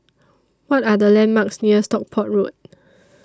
What Are The landmarks near Stockport Road